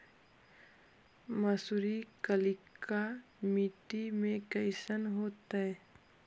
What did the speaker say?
मसुरी कलिका मट्टी में कईसन होतै?